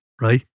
right